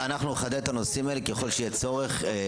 אנחנו נחדד את הנושאים האלה ככל שיהיה צורך.